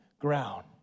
ground